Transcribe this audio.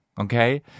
Okay